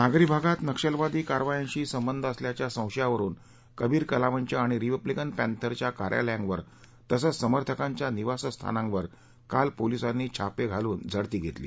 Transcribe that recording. नागरी भागात नक्षलवादी कारवायांशी संबंध असल्याच्या संशयावरून कबीर कला मंच आणि रिपब्लिकन पँथरच्या कार्यालयावर तसंच समर्थकांच्या निवासस्थानांवर काल पोलिसांनी छापे घालून झडती घेतली